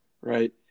right